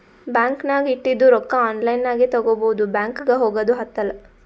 bank ನಾಗ್ ಇಟ್ಟಿದು ರೊಕ್ಕಾ ಆನ್ಲೈನ್ ನಾಗೆ ತಗೋಬೋದು ಬ್ಯಾಂಕ್ಗ ಹೋಗಗ್ದು ಹತ್ತಲ್